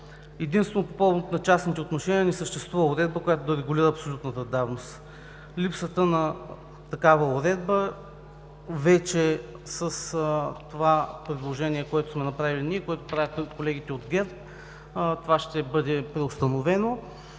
Единствено по повод на частните отношения не съществува уредба, която да регулира абсолютната давност. Липсата на такава уредба вече с това предложение, което сме направили ние, и което правят колегите от ГЕРБ, това ще бъде преустановено.